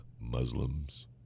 Muslims